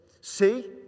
See